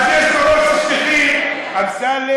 אז יש מרוץ שליחים, אמסלם,